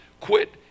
quit